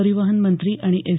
परिवहन मंत्री आणि एस